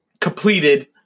completed